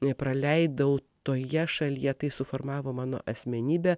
nepraleidau toje šalyje tai suformavo mano asmenybę